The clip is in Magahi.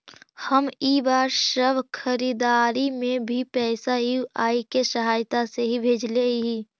हम इ बार सब खरीदारी में भी पैसा यू.पी.आई के सहायता से ही भेजले हिय